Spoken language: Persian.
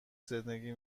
زندگی